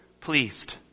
pleased